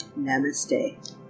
Namaste